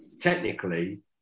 technically